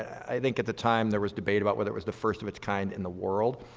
i think at the time there was debate about whether it was the first of its kind in the world,